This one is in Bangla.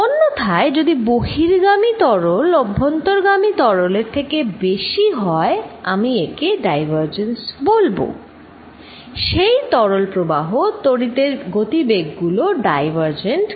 অন্যথায় যদি বহির্গামী তরল অভ্যন্তর্গামী তরলের থেকে বেশি হয় আমি একে ডাইভারজেন্স বলবো সেই তরল প্রবাহ তড়িৎ এর গতিবেগ গুলো ডাইভারজেন্ট